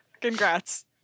Congrats